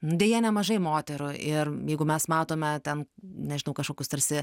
deja nemažai moterų ir jeigu mes matome ten nežinau kažkokius tarsi